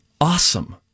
awesome